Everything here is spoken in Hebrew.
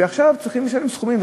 ועכשיו צריכים לשלם סכומים.